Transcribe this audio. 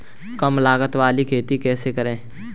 कम लागत वाली खेती कैसे करें?